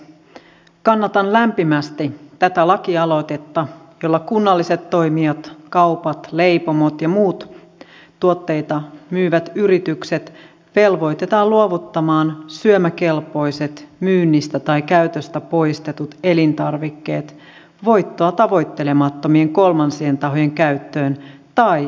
kannatan lämpimästi tätä lakialoitetta jolla kunnalliset toimijat kaupat leipomot ja muut tuotteita myyvät yritykset velvoitetaan luovuttamaan syömäkelpoiset myynnistä tai käytöstä poistetut elintarvikkeet voittoa tavoittelemattomien kolmansien tahojen käyttöön tai jakamaan niitä itse